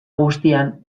guztian